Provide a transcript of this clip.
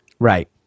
Right